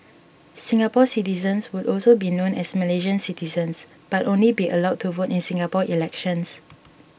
Singapore citizens would also be known as Malaysian citizens but only be allowed to vote in Singapore elections